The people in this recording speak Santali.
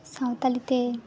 ᱥᱟᱱᱛᱟᱲᱤ ᱛᱮ